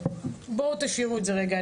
בואו תשאירו את זה רגע.